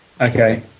okay